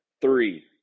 Three